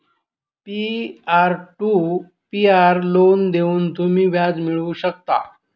peer to peer loan देऊन तुम्ही व्याज मिळवू शकता